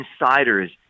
insiders